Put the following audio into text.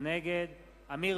נגד אברהם